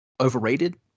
overrated